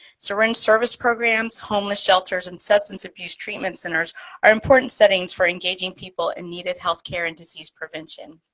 syringe service programs, homeless shelters and substance abuse treatment centers are important settings for engaging people in needed healthcare and disease prevention.